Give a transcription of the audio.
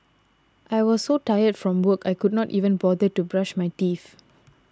I was so tired from work I could not even bother to brush my teeth